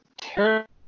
terrible